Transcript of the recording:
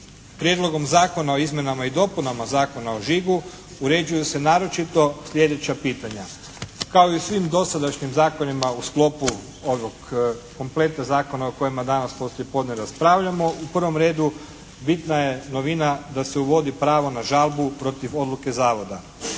Prijedlogom zakona o izmjenama i dopunama Zakona o žigu uređuju se naročito sljedeća pitanja. Kao i u svim dosadašnjim zakonima u sklopu ovog kompleta zakona o kojima danas poslijepodne raspravljamo u prvom redu bitna je novina da se uvodi pravo na žalbu protiv odluke zavoda.